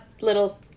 little